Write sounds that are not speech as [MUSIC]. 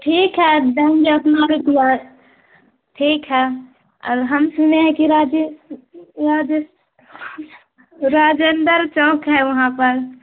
ٹھیک ہے [UNINTELLIGIBLE] ٹھیک ہے اور ہم سنے ہیں کہ راجے راجیس راجندر چوک ہے وہاں پر